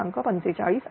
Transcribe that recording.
45 अंश